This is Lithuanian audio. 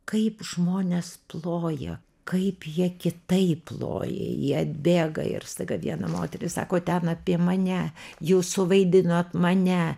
kaip žmonės ploja kaip jie kitaip ploja jie atbėga ir staiga viena moteris sako ten apie mane jūs suvaidinot mane